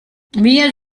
wir